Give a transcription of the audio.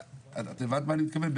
את הבנת מה אני מתכוון?